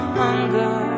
hunger